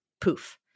Poof